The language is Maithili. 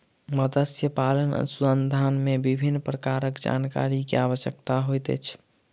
मत्स्य पालन अनुसंधान मे विभिन्न प्रकारक जानकारी के आवश्यकता होइत अछि